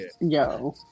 yo